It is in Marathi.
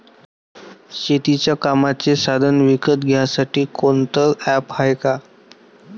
शेतीच्या कामाचे साधनं विकत घ्यासाठी कोनतं ॲप हाये का?